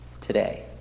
today